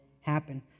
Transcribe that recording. happen